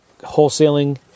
wholesaling